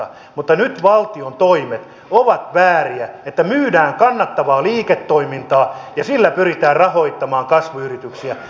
mutta nyt valtion toimet ovat vääriä kun myydään kannattavaa liiketoimintaa ja sillä pyritään rahoittamaan kasvuyrityksiä